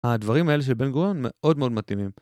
הדברים האלה של בן גורון מאוד מאוד מתאימים.